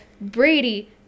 brady